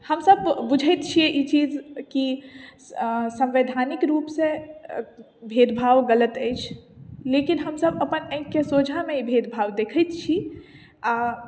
हमसब बुझैत छी ई चीज की संवैधानिक रूप से भेद भाव गलत अछि लेकिन हमसब अपन ऑंखि के सोझा मे ई भेदभाव देखैत छी आ